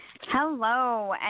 Hello